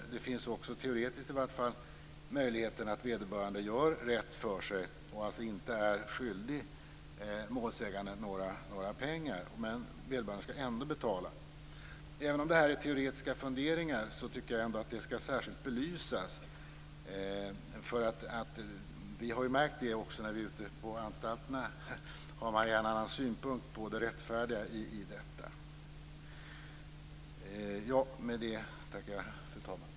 Möjligheten finns också, i varje fall teoretiskt, att vederbörande gör rätt för sig och alltså inte är skyldig målsäganden några pengar. Ändå skall vederbörande betala. Även om det här är teoretiska funderingar tycker jag att detta särskilt skall belysas. Vi har ju märkt när vi har varit ute på anstalterna att man där har en annan syn på det rättfärdiga i detta. Med det ber jag att få tacka, fru talman!